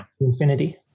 infinity